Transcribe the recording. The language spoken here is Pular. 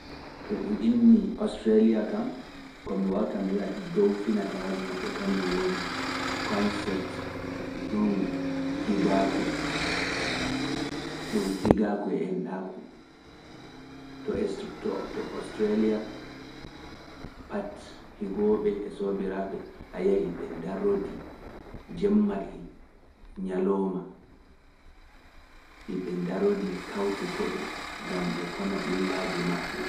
To e ɗum innii Australia kam, ko mi wawta mi wiyata dow finatawaaji maɓɓe kanjum woni, concept ɗum higaaku, ɗum higaaku e enɗaaku, to Australia pati higooɓe e soobiraaɓe a yahi ɓe ndarodi jemma e ñalooma, iɓe ndarodi kawti ko'e gam ɓe kona ɓillaaji maɓɓe ndarodi jemma e ñalooma, e ɓe ndarodi kawti ko'e, gam ɓe kona ɓillaaji maɓɓe.